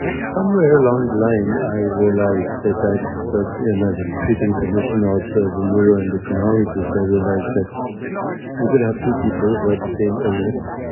somewhere along the line, i realized that i could, and as a treating physician, also as a neuroendocrinologist, i realized that you could have two people who had the same illness,